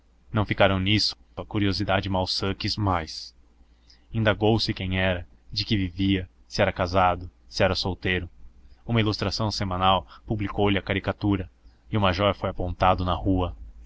não ficaram nisso a curiosidade malsã quis mais indagou se quem era de que vivia se era casado se era solteiro uma ilustração semanal publicou lhe a caricatura e o major foi apontado na rua